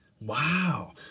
Wow